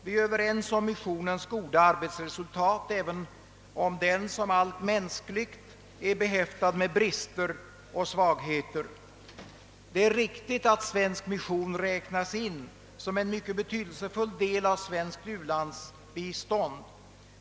Vi är överens om missionens goda arbetsresultat, även om den, som allt mänskligt, är behäftad med brister och svagheter. Det är riktigt att svensk mission räknas in som en mycket betydelsefull del av svensk u-landshjälp.